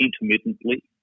intermittently